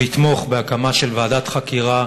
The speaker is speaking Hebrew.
ויתמוך בהקמה של ועדת חקירה,